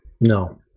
no